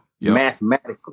mathematically